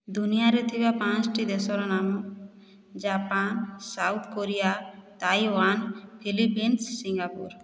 ଦୁନିଆରେ ଥିବା ପାଞ୍ଚଟି ଦେଶର ନାମ Japan South Korea Taiwan Philippines Singapore